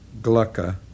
Glucka